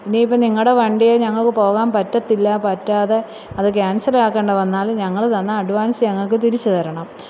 ഇനിയിപ്പം നിങ്ങളുടെ വണ്ടിയിൽ ഞങ്ങൾക്ക് പോകാൻ പറ്റത്തില്ല പറ്റാതെ അത് ക്യാന്സൽ ആക്കേണ്ട വന്നാലും ഞങ്ങൾ തന്ന അഡ്വാന്സ്സ് ഞങ്ങൾക്ക് തിരിച്ച് തരണം